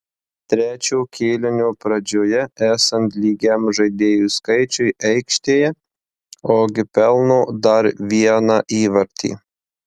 trečio kėlinio pradžioje esant lygiam žaidėjų skaičiui aikštėje ogi pelno dar vieną įvartį